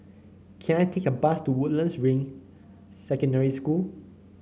can I take a bus to Woodlands Ring Secondary School